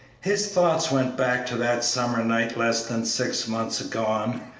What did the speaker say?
his thoughts went back to that summer night less than six months gone,